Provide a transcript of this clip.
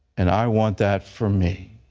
and i want that for me.